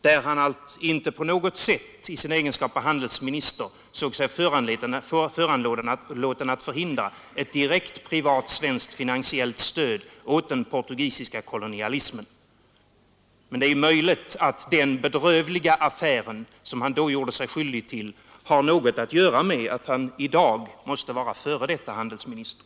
Där såg sig herr Lange i sin egenskap av handelsminister inte på något sätt föranlåten att förhindra ett direkt svenskt finansiellt stöd åt den portugisiska kolonialismen. Det är väl möjligt att den bedrövliga affär som han då gjorde sig skyldig till har något att skaffa med att herr Lange i dag är före detta handelsminister.